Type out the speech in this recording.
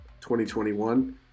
2021